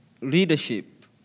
leadership